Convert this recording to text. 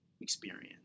experience